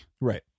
right